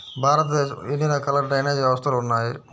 భారతదేశంలో ఎన్ని రకాల డ్రైనేజ్ వ్యవస్థలు ఉన్నాయి?